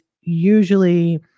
usually